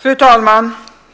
Fru talman!